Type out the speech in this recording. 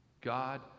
God